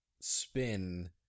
spin